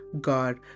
God